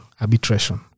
arbitration